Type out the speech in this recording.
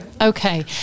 okay